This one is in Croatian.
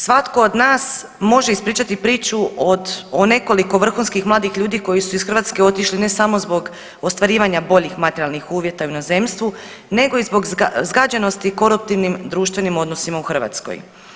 Svatko od nas može ispričati priču od, o nekoliko vrhunskih mladih ljudi koji su iz Hrvatske otišli ne samo zbog ostvarivanja boljih materijalnih uvjeta u inozemstvu nego i zbog zgađenosti koruptivnim društvenim odnosima u Hrvatskoj.